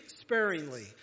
sparingly